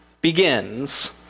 begins